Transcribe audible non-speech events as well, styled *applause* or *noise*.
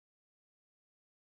*unintelligible*